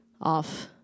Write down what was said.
off